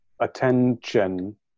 attention